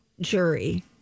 jury